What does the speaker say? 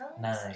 Nine